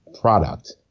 product